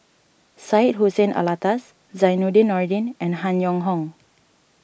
Syed Hussein Alatas Zainudin Nordin and Han Yong Hong